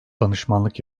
danışmanlık